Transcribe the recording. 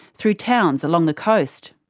through towns along the coast.